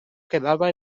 quedava